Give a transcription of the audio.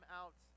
out